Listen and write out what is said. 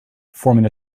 forming